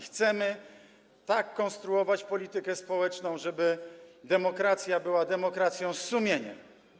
Chcemy tak konstruować politykę społeczną, żeby demokracja była demokracją sumienia.